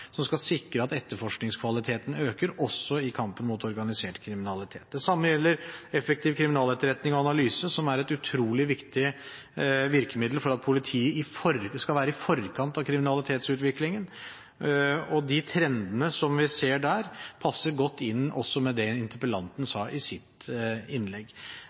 som skal sikre at etterforskningskvaliteten øker, også i kampen mot organisert kriminalitet. Det samme gjelder effektiv kriminaletterretning og analyse, som er et utrolig viktig virkemiddel for at politiet skal være i forkant av kriminalitetsutviklingen. Og de trendene som vi ser der, passer godt også med det interpellanten sa i sitt innlegg.